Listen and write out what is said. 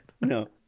No